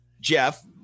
Jeff